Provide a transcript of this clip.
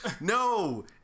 no